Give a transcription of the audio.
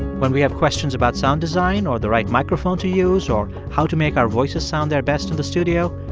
when we have questions about sound design or the right microphone to use or how to make our voices sound their best in the studio,